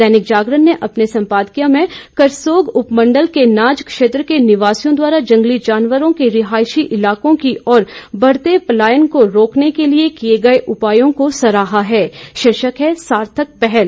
दैनिक जागरण ने अपने संपादकीय में करसोग उपमंडल के नाज क्षेत्र के निवासियों द्वारा जंगली जानवरों के रिहायशी इलाकों की ओर बढ़ते पलायन को रोकने के लिए किए गए उपायों को सराहा है शीर्षक है सार्थक पहल